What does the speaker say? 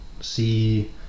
see